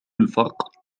الفرق